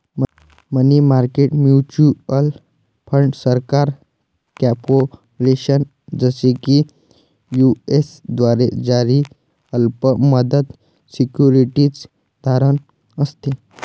मनी market mutual fund सरकार, corporation, जसे की यू.एस द्वारे जारी अल्प मुदत सिक्युरिटीज धारण असते